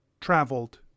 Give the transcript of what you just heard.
traveled